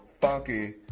funky